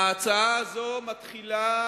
ההצעה הזאת מתחילה